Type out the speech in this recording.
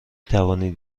توانید